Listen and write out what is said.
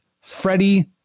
Freddie